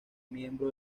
miembro